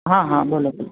હાં હાં બોલો બોલો